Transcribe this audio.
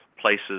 places